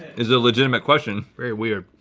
is a legitimate question. very weird.